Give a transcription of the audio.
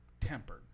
tempered